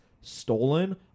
stolen